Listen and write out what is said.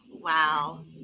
Wow